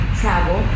travel